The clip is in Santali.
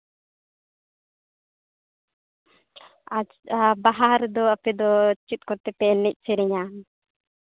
ᱟᱪᱪᱷᱟ ᱵᱟᱦᱟ ᱨᱮᱫᱚ ᱟᱯᱮ ᱫᱚ ᱪᱮᱫ ᱠᱚᱛᱮ ᱯᱮ ᱮᱱᱮᱡ ᱥᱮᱨᱮᱧᱟ